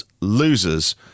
Losers